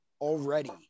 already